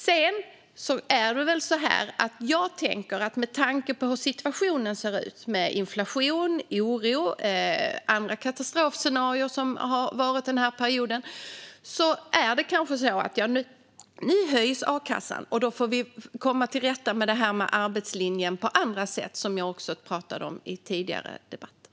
Sedan tänker jag att man med tanke på hur situationen ser ut med inflation, oro och andra katastrofscenarier som har funnits under den här perioden kanske får se till att höja a-kassan. Vi får då komma till rätta med arbetslinjen på andra sätt, vilket jag också pratade om i tidigare debatter.